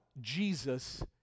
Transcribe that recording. Jesus